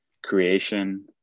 creation